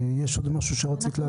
רצית להגיד עוד משהו?